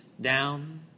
down